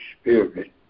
Spirit